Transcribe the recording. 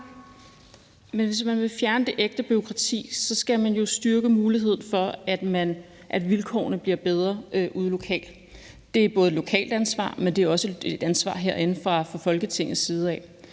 Men hvis man vil fjerne det ægte bureaukrati, skal man jo styrke muligheden for at gøre vilkårene bedre ude lokalt. Det er både et lokalt ansvar, men det er også et ansvar herinde fra Folketingets side.